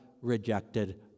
rejected